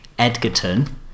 Edgerton